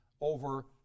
over